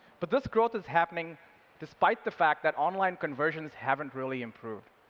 but this growth is happening des spite the fact that online con verges haven't really improved,